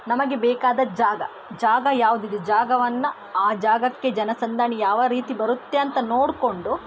ನಮಗೆ ಬೇಕಾದ ಜಾಗ ಜಾಗ ಯಾವುದಿದೆ ಜಾಗವನ್ನು ಆ ಜಾಗಕ್ಕೆ ಜನಸಂದಣಿ ಯಾವ ರೀತಿ ಬರುತ್ತೆ ಅಂತ ನೋಡಿಕೊಂಡು